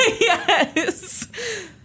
Yes